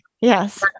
Yes